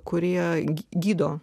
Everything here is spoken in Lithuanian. kurie gydo